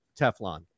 Teflon